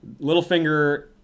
Littlefinger